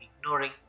Ignoring